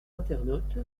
paternotte